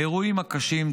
האירועים הקשים,